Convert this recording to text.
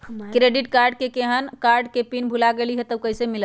Credit card केहन अपन card के पिन भुला गेलि ह त उ कईसे मिलत?